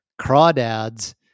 crawdads